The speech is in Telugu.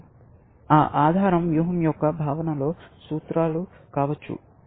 ఆ ఆధారం వ్యూహం యొక్క భావనలో సూత్రాలు కావచ్చు